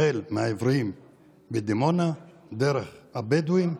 החל מהעיוורים בדימונה, דרך הבדואים,